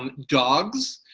um dogs,